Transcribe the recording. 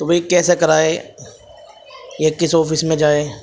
تو بھائی کیسے کرائے یا کس آفس میں جائے